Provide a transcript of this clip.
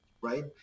right